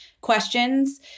questions